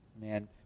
man